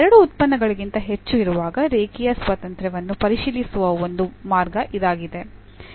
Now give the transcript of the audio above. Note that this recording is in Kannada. ಎರಡು ಉತ್ಪನ್ನಗಳಿಗಿಂತ ಹೆಚ್ಚು ಇರುವಾಗ ರೇಖೀಯ ಸ್ವಾತಂತ್ರ್ಯವನ್ನು ಪರಿಶೀಲಿಸುವ ಒಂದು ಮಾರ್ಗ ಇದಾಗಿದೆ